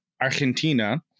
Argentina